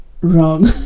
wrong